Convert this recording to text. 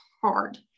hard